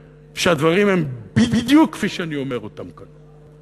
שהדברים הם בדיוק כפי שאני אומר אותם כאן?